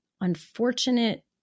unfortunate